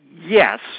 yes